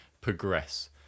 progress